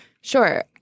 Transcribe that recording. Sure